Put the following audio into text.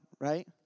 right